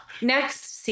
next